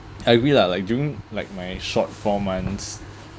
I agree lah like during like my short four months